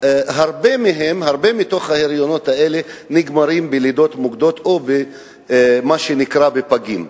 הרבה מהם נגמרים בלידות מוקדמות או במה שנקרא פגים.